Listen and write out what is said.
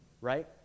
right